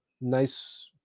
Nice